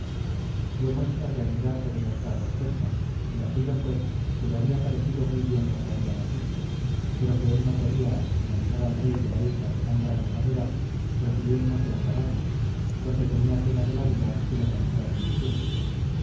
dio muestras de admirarse de nuestra respuesta y la suya fue que le había parecido muy bien lo que habíamos dicho pero que él no podía sin avisar al rey de la isla de tan grande novedad recibirnos y ampararnos porque tenía pena de la vida si lo contrario hiciese y suplicándole nos